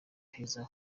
heza